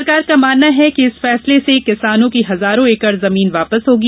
सरकार का मानना है कि इस फैसले से किसानों की हजारों एकड़ जमीन वापस होगी